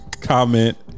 comment